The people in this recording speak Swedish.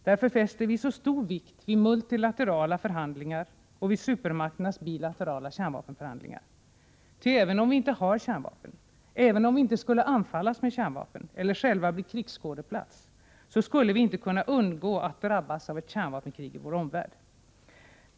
Därför fäster vi så stor vikt vid multilaterala förhandlingar och vid supermakternas bilaterala kärnvapenförhandlingar. Ty även om vi inte har kärnvapen, även om vi inte skulle anfallas med kärnvapen, även om vårt land inte skulle bli krigsskådeplats, så skulle vi inte kunna undgå att drabbas av ett kärnvapenkrig i vår omvärld.